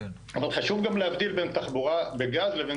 אבל חשוב גם להבדיל בין תחבורה בגז לבין